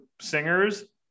singers